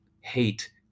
Hate